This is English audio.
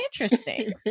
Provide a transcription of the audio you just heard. interesting